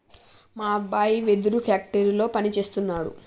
మా అబ్బాయి వెదురు ఫ్యాక్టరీలో పని సేస్తున్నాడు